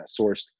sourced